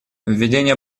введение